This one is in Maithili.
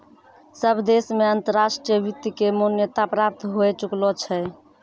सब देश मे अंतर्राष्ट्रीय वित्त के मान्यता प्राप्त होए चुकलो छै